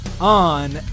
on